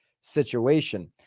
situation